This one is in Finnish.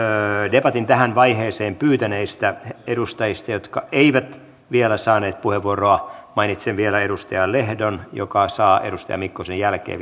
debatin tähän vaiheeseen puheenvuoron pyytäneistä edustajista jotka eivät ole saaneet puheenvuoroa mainitsen vielä edustaja lehdon joka saa edustaja mikkosen jälkeen